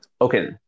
Okay